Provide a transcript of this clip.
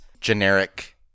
generic